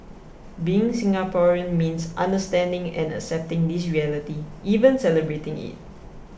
being Singaporean means understanding and accepting this reality even celebrating it